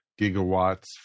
Gigawatts